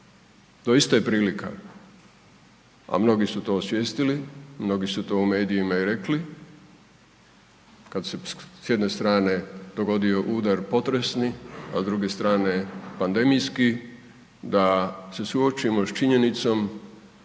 Doista je prilika, a mnogi su to osvijestili, mnogi su to u medijima i rekli kada se s jedne strane dogodio udar potresni, a druge strane pandemijski da se suočimo s činjenicom